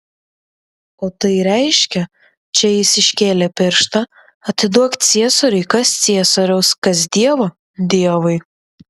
o tai reiškia čia jis iškėlė pirštą atiduok ciesoriui kas ciesoriaus kas dievo dievui